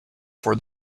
for